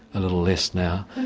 a little less now,